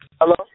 Hello